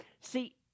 See